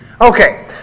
Okay